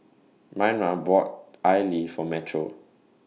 Myrna bought Idly For Metro